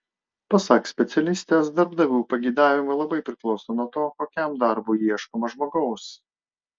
pasak specialistės darbdavių pageidavimai labai priklauso nuo to kokiam darbui ieškoma žmogaus